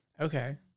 Okay